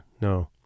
no